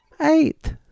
Eight